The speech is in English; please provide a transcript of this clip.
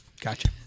Gotcha